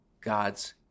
God's